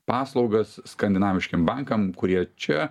paslaugas skandinaviškiem bankam kurie čia